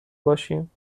باشیم